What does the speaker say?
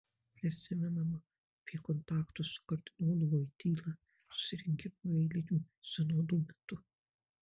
prisimenama apie kontaktus su kardinolu voityla susirinkimo ir eilinių sinodų metu